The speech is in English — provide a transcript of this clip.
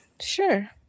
sure